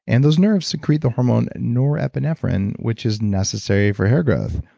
and those nerves secrete the hormone norepinephrine, which is necessary for hair growth.